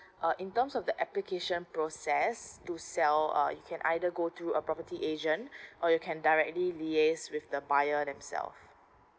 uh in terms of the application process to sell or you can either go through a property agent or you can directly liaise with the buyer them self